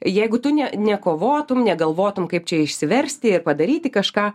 jeigu tu ne nekovotum negalvotum kaip čia išsiversti ir padaryti kažką